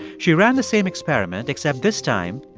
she ran the same experiment, except this time,